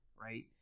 right